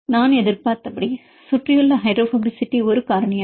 நான் எதிர்பார்த்தபடி சுற்றியுள்ள ஹைட்ரோபோபசிட்டி ஒரு காரணியாகும்